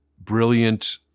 brilliant